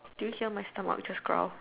did you hear my stomach just growl